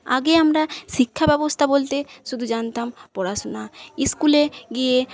আগে আমরা শিক্ষা ব্যবস্থা বলতে শুধু জানতাম পড়াশোনা স্কুলে গিয়ে